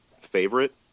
favorite